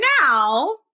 now